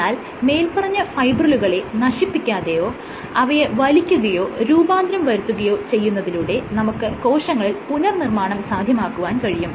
എന്നാൽ മേല്പറഞ്ഞ ഫൈബ്രിലുകളെ നശിപ്പിക്കാതെ അവയെ വലിക്കുകയോ രൂപാന്തരം വരുത്തുകയോ ചെയ്യുന്നതിലൂടെ നമുക്ക് കോശങ്ങളിൽ പുനർനിർമ്മാണം സാധ്യമാക്കുവാൻ കഴിയും